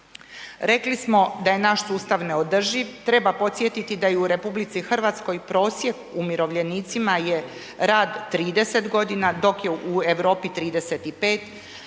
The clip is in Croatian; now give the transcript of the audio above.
Rekli smo, da je naš sustav neodrživ, treba podsjetiti da u RH prosjek umirovljenicima je rad 30 godina, dok je u Europi 35, da